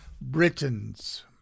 Britons